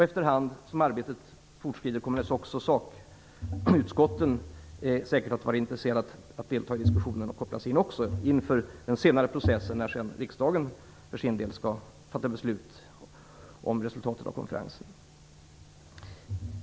Efter hand som arbetet fortskrider kommer säkert också sakutskotten vara intresserade av att delta i diskussionerna och kopplas in inför den senare processen, då riksdagen för sin del skall fatta beslut om resultatet av konferensen.